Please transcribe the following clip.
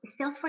Salesforce